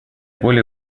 более